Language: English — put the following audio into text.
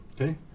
okay